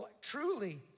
truly